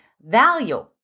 value